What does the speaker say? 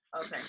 Okay